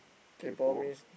kaypoh